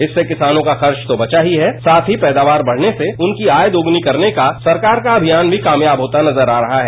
इससे किसानों का खर्च तो बचा ही है साथ ही पैदावार बढ़ने से उनकी आय दोगुनी करने का सरकार का अभियान भी कामयाब होता नजर आ रहा है